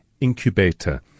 incubator